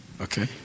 Okay